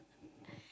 <S<